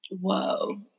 Whoa